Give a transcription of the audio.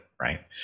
right